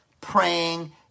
praying